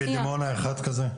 בדימונה יש מרפאה כזאת?